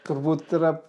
turbūt yra